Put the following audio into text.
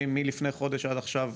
מלפני חודש עד עכשיו,